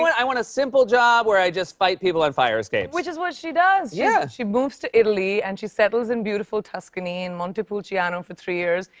i want a simple job where i just fight people on fire escapes. which is what she does. yeah. she moves to italy and she settles in beautiful tuscany, in montepulciano for three years.